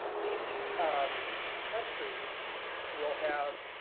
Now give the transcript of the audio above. each country will have